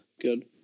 Good